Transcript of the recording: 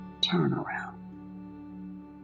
turnaround